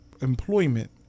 employment